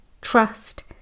trust